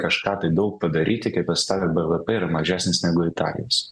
kažką tai daug padaryti kai pas tave bvp yra mažesnis negu italijos